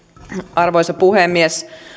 arvoisa puhemies